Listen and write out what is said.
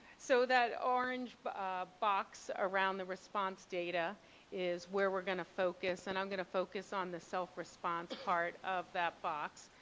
so that orange box around the response data is where we are going to focus and i'm going to focus on the self response part of that box.